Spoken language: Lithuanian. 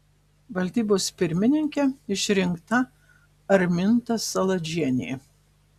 valdybos pirmininke išrinkta arminta saladžienė